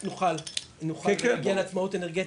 נפעיל אותה עם הגז הכי זול.